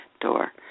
door